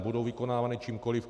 Budou vykonávány čímkoliv.